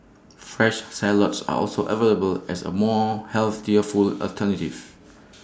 fresh salads are also available as A more alternative